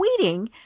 tweeting